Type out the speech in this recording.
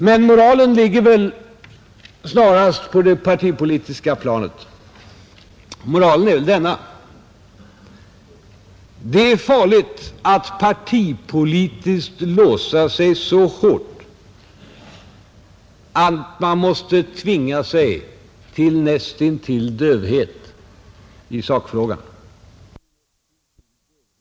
Men moralen ligger väl snarast på det partipolitiska planet: det är farligt att partipolitiskt låsa sig så hårt att man måste tvinga sig till näst intill dövhet i sakfrågan, Det är det öde som har drabbat reservanterna i den här frågan.